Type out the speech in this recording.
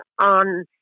on